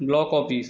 block office